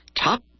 top